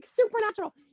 supernatural